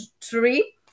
three